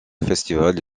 festival